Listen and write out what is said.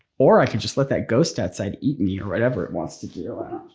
or i could just let that ghost outside eat me or whatever it wants to do,